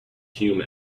hume